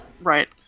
Right